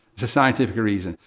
it's a scientific reason.